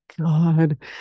God